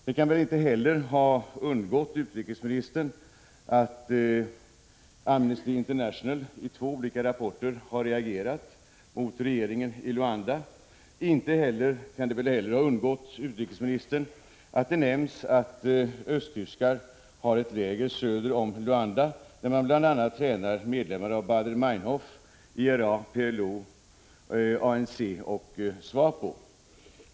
Det kan väl inte heller ha undgått utrikesministern att Amnesty Internationalitvå olika rapporter har reagerat mot regeringen i Luanda. Inte heller kan det väl ha undgått utrikesministern att det nämns att östtyskar har ett läger söder om Luanda, där bl.a. medlemmar av Bader Meinhof, IRA, PLO, ANC och SWAPO tränas.